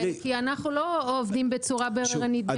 כי אנחנו לא עובדים בצורה בררנית.